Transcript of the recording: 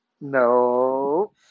No